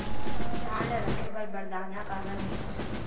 धान ल रखे बर बारदाना काबर मिलही?